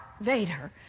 Vader